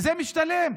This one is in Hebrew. זה משתלם,